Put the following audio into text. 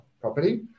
property